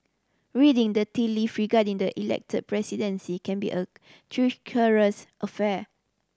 reading the tea leave regarding the Elected Presidency can be a treacherous affair